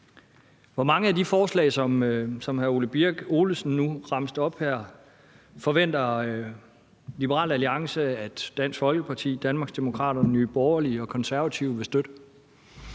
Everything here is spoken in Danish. Hvor mange af de forslag, som hr. Ole Birk Olesen nu har remset op her, forventer Liberal Alliance at Dansk Folkeparti, Danmarksdemokraterne, Nye Borgerlige og Konservative vil støtte?